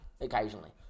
occasionally